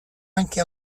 anche